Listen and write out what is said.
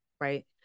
right